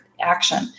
action